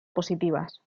positivas